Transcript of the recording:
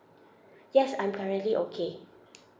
yes I'm currently okay